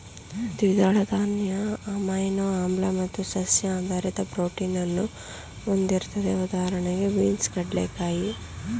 ದ್ವಿದಳ ಧಾನ್ಯ ಅಮೈನೋ ಆಮ್ಲ ಮತ್ತು ಸಸ್ಯ ಆಧಾರಿತ ಪ್ರೋಟೀನನ್ನು ಹೊಂದಿರ್ತದೆ ಉದಾಹಣೆಗೆ ಬೀನ್ಸ್ ಕಡ್ಲೆಕಾಯಿ